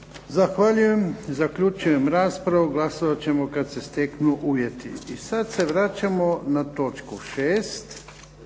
Zahvaljujem. Zaključujem raspravu. Glasovat ćemo kad se steknu uvjeti. **Bebić, Luka